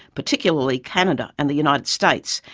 particularly canada and the united states,